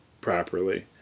properly